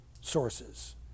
sources